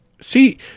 see